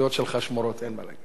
אני אומר לך,